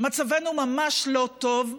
מצבנו ממש לא טוב.